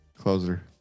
closer